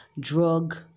drug